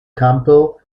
campbell